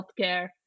healthcare